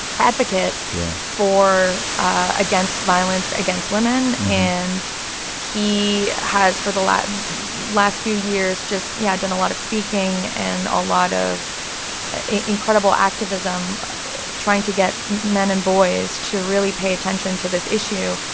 advocate. yeah. for against violence against women. and he has, for the last last few years, just, yeah, done a lot of speaking and a lot of incredible activism trying to get men and boys to really pay attention to this issue.